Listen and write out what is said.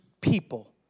people